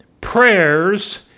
prayers